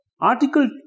Article